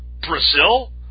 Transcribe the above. Brazil